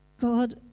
god